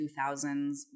2000s